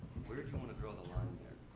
where do you want to draw the line there?